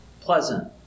pleasant